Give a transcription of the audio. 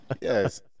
Yes